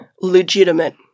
legitimate